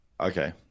Okay